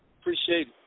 Appreciate